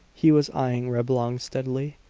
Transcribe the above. he was eying reblong steadily.